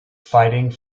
fighting